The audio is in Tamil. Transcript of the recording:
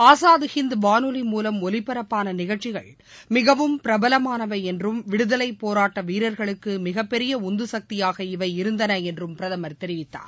ஆசாத் ஹிந்த் வானொலி மூலம் ஒலிபரப்பான நிகழ்ச்சிகள் மிகவும் பிரபலமானவை என்றும் விடுதலை போராட்ட வீரர்களுக்கு மிகப்பெரிய உந்துசக்தியாக இவை இருந்தன என்றும் பிரதம் தெரிவித்தார்